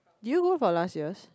do you go for last year's